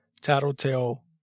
Tattletale